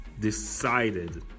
decided